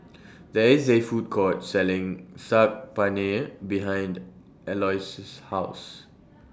There IS A Food Court Selling Saag Paneer behind Aloys's House